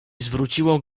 zwróciło